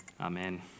Amen